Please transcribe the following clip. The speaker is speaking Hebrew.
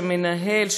שמנהל,